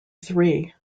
three